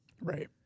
Right